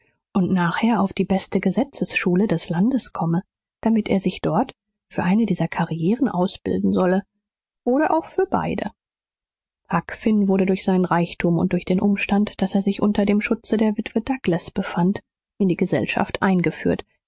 und nachher auf die beste gesetzesschule des landes komme damit er sich dort für eine dieser karrieren ausbilden solle oder auch für beide huck finn wurde durch seinen reichtum und durch den umstand daß er sich unter dem schutze der witwe douglas befand in die gesellschaft eingeführt